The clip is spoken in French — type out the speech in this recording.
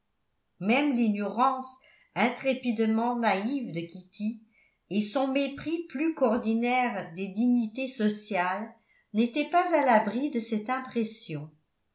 même l'ignorance intrépidement naïve de kitty et son mépris plus qu'ordinaire des dignités sociales n'étaient pas à l'abri de cette impression